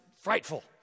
frightful